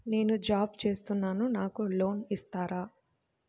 నేను జాబ్ చేస్తున్నాను నాకు లోన్ ఇస్తారా?